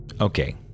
Okay